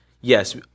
Yes